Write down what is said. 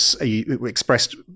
expressed